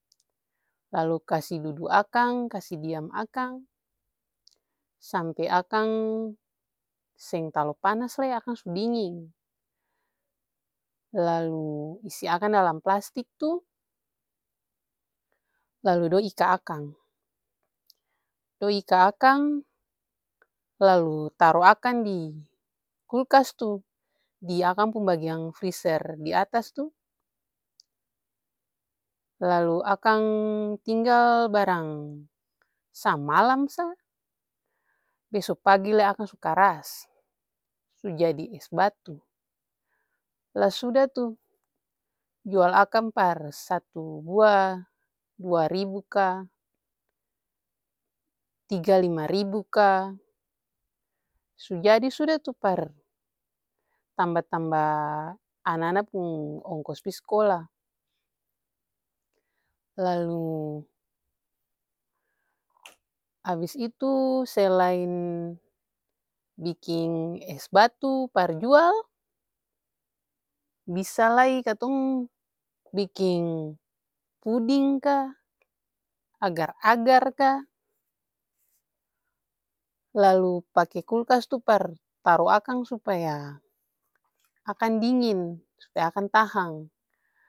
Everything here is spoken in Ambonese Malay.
Lalu kasi dudu akang, kasi diam akang sampe akang seng talalu panas lai akang su dinging. Lalu isi akang dalam plastik tuh, lalu dong ika akang. Dong ika akang lalu taru akang dikulkas tuh diakang pung bagian frizer diatas tuh. Lalu akang tinggal barang samalam sa, beso pagi lai akang su karas, sujadi es batu. Lah sudah tuh jual akang par satu buah dua ribu ka, tiga lima ribu ka, su jadi sudah tuh par tamba-tamba ana-ana pung ongkos pi skola. lalu abis itu selain biking es batu par jual bisa lai katong biking puding ka, agar-agar ka, lalu pake kulkas tuh par taru akang supaya akang dinging, akang tahang.